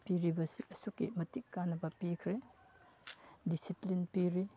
ꯄꯤꯔꯤꯕꯁꯤ ꯑꯁꯨꯛꯀꯤ ꯃꯇꯤꯛ ꯀꯥꯟꯅꯕ ꯄꯤꯈ꯭ꯔꯦ ꯗꯤꯁꯤꯄ꯭ꯂꯤꯟ ꯄꯤꯔꯤ